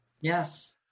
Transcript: Yes